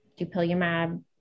dupilumab